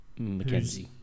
McKenzie